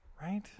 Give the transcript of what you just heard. right